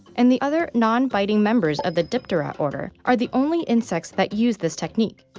and the other non-biting members of the diptera order are the only insects that use this technique.